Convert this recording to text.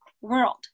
world